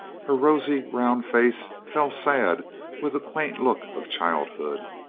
her rosy, round face fell sad with a. quaint look of childhood.